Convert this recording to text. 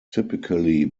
typically